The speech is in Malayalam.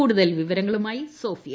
കൂടുതൽ വിവരങ്ങളുമായി സോഫിയ